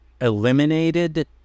eliminated